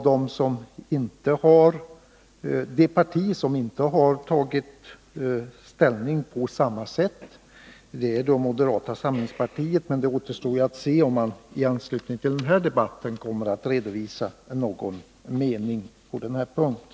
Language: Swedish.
Det parti som inte tagit ställning i samma riktning är moderata samlingspartiet, men det återstår att se om man därifrån i anslutning till den här debatten redovisar en annan mening på den här punkten.